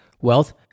wealth